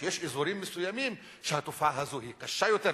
שיש אזורים מסוימים שהתופעה הזאת היא קשה יותר,